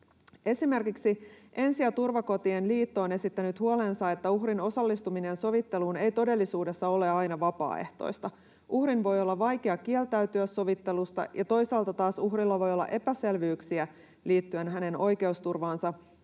Esimerkiksi Ensi- ja turvakotien liitto on esittänyt huolensa, että uhrin osallistuminen sovitteluun ei todellisuudessa ole aina vapaaehtoista. Uhrin voi olla vaikeaa kieltäytyä sovittelusta, ja toisaalta taas uhrilla voi olla epäselvyyksiä liittyen oikeusturvaansa